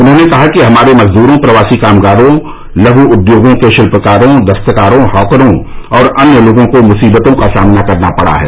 उन्होंने कहा कि हमारे मजदूरों प्रवासी कामगारों लघू उद्योगों के शिल्पकारों दस्तकारों हॉकरों और अन्य लोगों को मुसीबतों का सामना करना पड़ा है